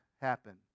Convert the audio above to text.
happen